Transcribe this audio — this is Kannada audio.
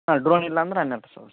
ಡ್ರೋನಿಲ್ಲ ಅಂದರೆ ಹನ್ನೆರಡು ಸಾವಿರ ಸರ್